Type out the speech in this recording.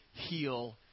Heal